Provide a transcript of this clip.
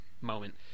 moment